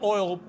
Oil